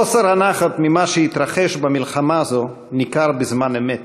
חוסר הנחת ממה שהתרחש במלחמה זו ניכר בזמן אמת.